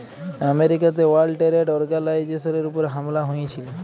আমেরিকাতে world trade অর্গালাইজেশলের উপর হামলা হঁয়েছিল